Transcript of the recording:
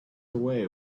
away